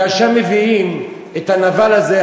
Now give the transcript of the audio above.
כאשר מביאים את הנבל הזה,